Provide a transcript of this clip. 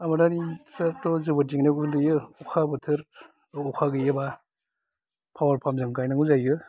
आबादारिफोराथ' जोबोद जेंनायाव गोग्लैयो अखा बोथोर अखा गैयाब्ला पावार पाम्प जों गायनांगौ जायो